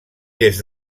des